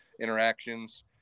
interactions